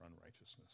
unrighteousness